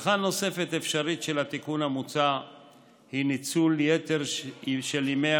השלכה נוספת אפשרית של התיקון המוצע היא ניצול יתר של ימי